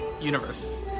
Universe